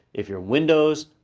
if you're windows,